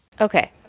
Okay